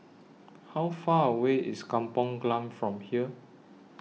How Far away IS Kampong Glam from here